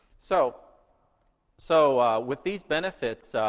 so so. with these benefits,